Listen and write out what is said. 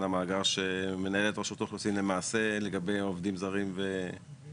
על המאגר שמנהל רשות האוכלוסין לגבי עובדים זרים ומסורבים?